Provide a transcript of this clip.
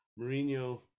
Mourinho